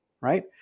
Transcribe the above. right